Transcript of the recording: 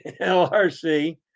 LRC